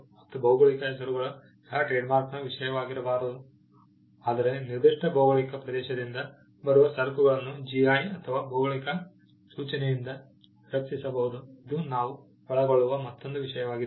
ಮತ್ತು ಭೌಗೋಳಿಕ ಹೆಸರುಗಳು ಸಹ ಟ್ರೇಡ್ಮಾರ್ಕ್ನ ವಿಷಯವಾಗಿರಬಾರದು ಆದರೆ ನಿರ್ದಿಷ್ಟ ಭೌಗೋಳಿಕ ಪ್ರದೇಶದಿಂದ ಬರುವ ಸರಕುಗಳನ್ನು GI ಅಥವಾ ಭೌಗೋಳಿಕ ಸೂಚನೆಯಿಂದ ರಕ್ಷಿಸಬಹುದು ಇದು ನಾವು ಒಳಗೊಳ್ಳುವ ಮತ್ತೊಂದು ವಿಷಯವಾಗಿದೆ